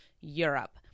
Europe